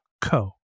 co